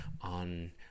on